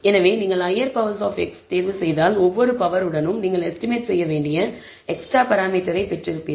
எனவே நீங்கள் higher powers of x தேர்வு செய்தால் ஒவ்வொரு பவர் உடனும் நீங்கள் எஸ்டிமேட் செய்ய வேண்டிய எக்ஸ்ட்ரா பராமீட்டரை பெற்றிருப்பீர்கள்